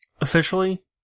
Officially